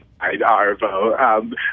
Arvo